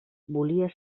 volia